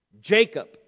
Jacob